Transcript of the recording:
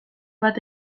bat